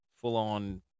full-on